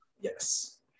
Yes